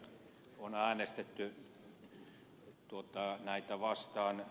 kallis kertoi että on äänestetty vastaan